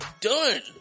done